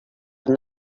anar